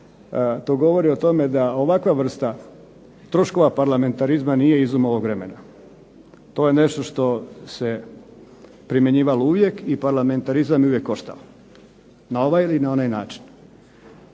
ovo pročitao zato što ovakva vrsta troškova parlamentarizma nije izum ovog vremena, to je nešto se primjenjivalo uvijek i parlamentarizam je uvijek koštao, na ovaj ili onaj način,